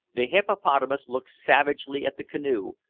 the hippopotamus looked savagely at the canoe,